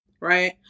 right